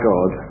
God